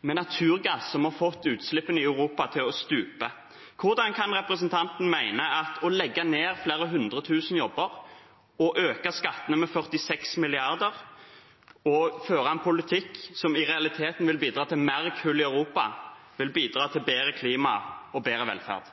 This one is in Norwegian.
med naturgass, som har fått utslippene i Europa til å stupe. Hvordan kan representanten mene at å legge ned flere hundre tusen jobber, øke skattene med 46 mrd. kr og føre en politikk som i realiteten vil bidra til mer kull i Europa, vil bidra til bedre klima og bedre velferd?